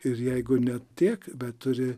ir jeigu ne tiek bet turi